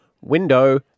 window